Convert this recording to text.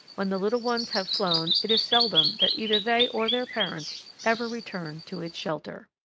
when the little ones have flown it is seldom that either they or their parents ever return to its shelter.